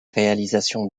réalisation